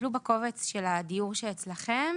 תסתכלו בקובץ של הדיור שאצלכם